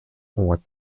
what